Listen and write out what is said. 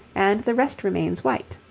and the rest remains white.